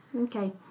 Okay